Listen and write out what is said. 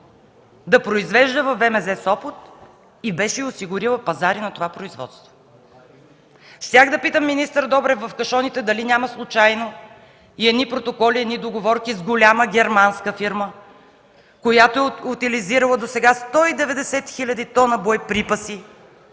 да произвежда във ВМЗ – Сопот, и беше осигурила пазари на това производство? Щях да питам министър Добрев: в кашоните дали няма случайно и едни протоколи, едни договорки с голяма германска фирма, която е утилизирала досега 190 000 тона боеприпаси